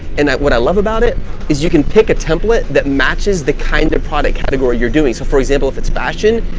and that what i love about it is you can pick a template that matches the kind of product category you're doing. so for example, if it's fashion,